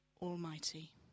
Almighty